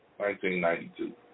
1992